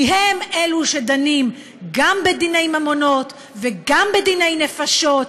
כי הם שדנים גם בדיני ממונות וגם בדיני נפשות,